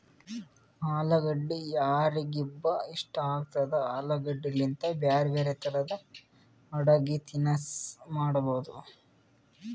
ಅಲುಗಡ್ಡಿ ಯಾರಿಗ್ಬಿ ಇಷ್ಟ ಆಗ್ತದ, ಆಲೂಗಡ್ಡಿಲಿಂತ್ ಬ್ಯಾರೆ ಬ್ಯಾರೆ ತರದ್ ಅಡಗಿ ತಿನಸ್ ಮಾಡಬಹುದ್